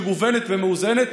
מגוונת ומאוזנת,